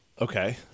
Okay